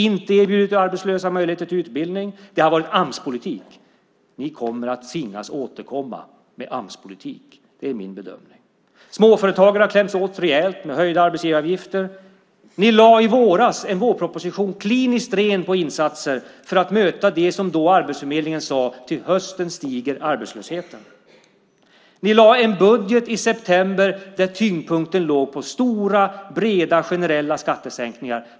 Det har varit Amspolitik. Min bedömning är att ni kommer att tvingas återkomma med Amspolitik. Småföretagarna kläms åt rejält med höjda arbetsgivaravgifter.